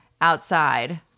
outside